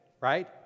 Right